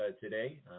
today